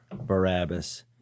Barabbas